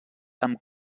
amb